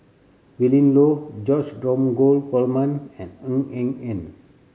Willin Low George Dromgold Coleman and Ng Eng Hen